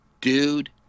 Dude